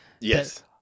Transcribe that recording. Yes